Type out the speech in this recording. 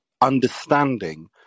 understanding